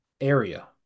area